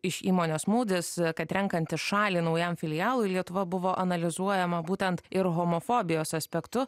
iš įmonės moodys kad renkantis šalį naujam filialui lietuva buvo analizuojama būtent ir homofobijos aspektu